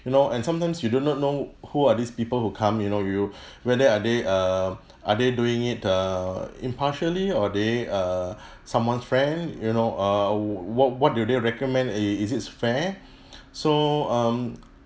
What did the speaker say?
you know and sometimes you do not know who are these people who come you know you whether are they err are they doing it err impartially or they err someone's friend you know err what what do they recommend eh is it fair so um